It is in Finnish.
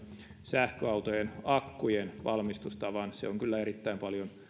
sähköautojen akkujen valmistustavan se on kyllä erittäin paljon